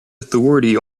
authority